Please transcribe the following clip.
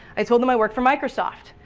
i told them i worked for microsoft.